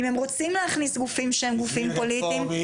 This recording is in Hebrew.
אם הם רוצים להכניס גופים שהם גופים פוליטיים,